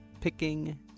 picking